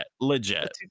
legit